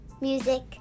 music